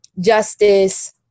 Justice